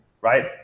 right